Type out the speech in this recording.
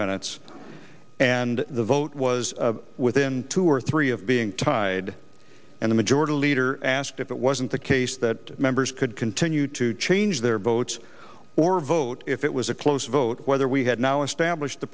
minutes and the vote was within two or three of being tied and the majority leader asked if it wasn't the case that members could continue to change their votes or vote if it was a close vote whether we had now